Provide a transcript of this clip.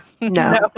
No